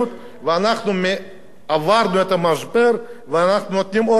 ואנחנו עברנו את המשבר ואנחנו אור לגויים.